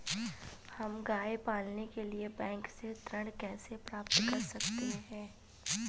हम गाय पालने के लिए बैंक से ऋण कैसे प्राप्त कर सकते हैं?